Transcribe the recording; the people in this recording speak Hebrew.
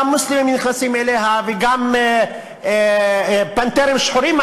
גם מוסלמים נכנסים אליה וגם "פנתרים שחורים"